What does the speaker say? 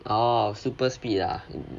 orh super speed ah